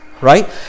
right